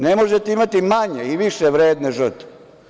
Ne možete imati manje i više vredne žrtve.